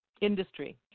industry